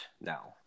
now